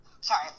Sorry